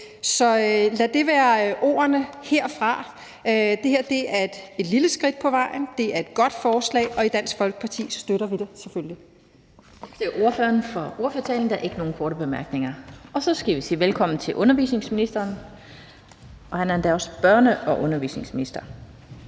Så lad det være ordene herfra. Det her er et lille skridt på vejen. Det er et godt forslag, og i Dansk Folkeparti støtter vi det selvfølgelig. Kl. 15:01 Den fg. formand (Annette Lind): Tak til ordføreren for ordførertalen. Der er ikke nogen korte bemærkninger. Så skal vi sige velkommen til børne- og undervisningsministeren. Værsgo. Kl. 15:01 Børne- og undervisningsministeren